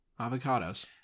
avocados